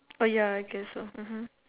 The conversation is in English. oh ya I guess so mmhmm